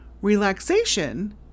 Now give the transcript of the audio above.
Relaxation